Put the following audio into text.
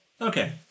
Okay